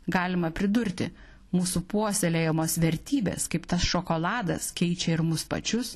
galima pridurti mūsų puoselėjamos vertybės kaip tas šokoladas keičia ir mus pačius